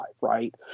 right